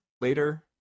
later